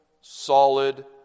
solid